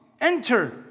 Enter